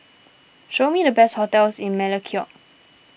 show me the best hotels in Melekeok